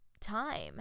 time